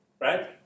Right